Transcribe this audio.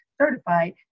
certified